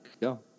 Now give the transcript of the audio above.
Go